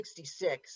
1966